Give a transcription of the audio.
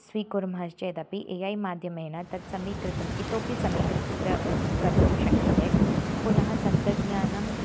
स्वीकुर्मः चेदपि A I माध्यमेन तत् समीकृतम् इतोपि समीकृत्य कर्तुं शक्यते पुनः तन्त्रज्ञानं